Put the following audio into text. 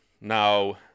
Now